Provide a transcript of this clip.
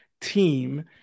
team